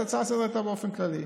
ההצעה לסדר-היום הייתה באופן כללי.